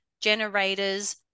generators